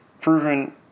proven